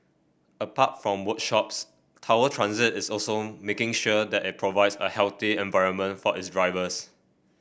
apart from workshops Tower Transit is also making sure that it provides a healthy environment for its drivers